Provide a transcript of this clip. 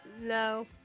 No